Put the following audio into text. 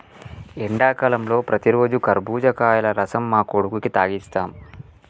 ఎండాకాలంలో ప్రతిరోజు కర్బుజకాయల రసం మా కొడుకుకి తాగిస్తాం